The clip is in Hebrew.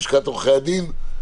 לשכת עורכי הדין.